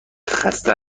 خسته